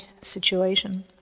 situation